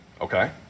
okay